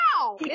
Wow